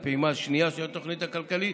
הפעימה השנייה של התוכנית הכלכלית,